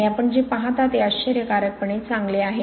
आणि आपण जे पाहता ते आश्चर्यकारकपणे चांगले आहे